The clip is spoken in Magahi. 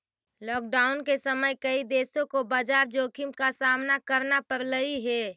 लॉकडाउन के समय कई देशों को बाजार जोखिम का सामना करना पड़लई हल